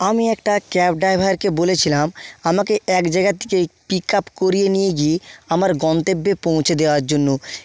আমি একটা ক্যাব ড্রাইভারকে বলেছিলাম আমাকে এক জায়গার থেকে পিক আপ করিয়ে নিয়ে গিয়ে আমার গন্তব্যে পৌঁছে দেওয়ার জন্য